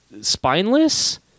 spineless